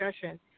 discussion